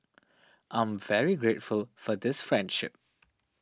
I'm very grateful for this friendship